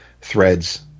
threads